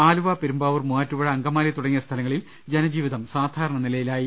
Aluva Perumbavoor Muvattupuzha Angamaly തുടങ്ങിയ സ്ഥലങ്ങളിൽ ജനജീവിതം സാധാരണ നിലയി ലായി